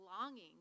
longing